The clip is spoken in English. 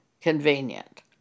convenient